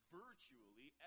virtually